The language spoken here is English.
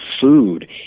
food